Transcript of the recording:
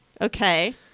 Okay